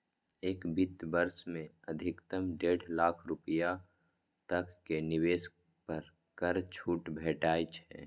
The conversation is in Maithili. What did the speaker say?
एक वित्त वर्ष मे अधिकतम डेढ़ लाख रुपैया तक के निवेश पर कर छूट भेटै छै